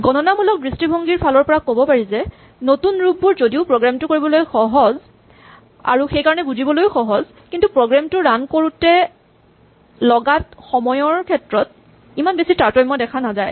গণনামূলক দৃষ্টিভংগীৰ ফালৰ পৰা ক'ব পাৰি যে নতুন ৰূপবোৰ যদিও প্ৰগ্ৰেম কৰিবলৈ সহজ আৰু সেইকাৰণে বুজিবলৈও সহজ কিন্তু প্ৰগ্ৰেম টো ৰান হওঁতে লগা সময়ৰ ক্ষেত্ৰত ইমান বেছি তাৰতম্য দেখা নাযায়